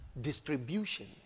distribution